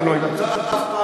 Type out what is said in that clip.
אתה לא עם ארצות-הברית.